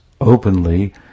openly